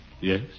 Yes